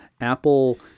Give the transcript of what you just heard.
Apple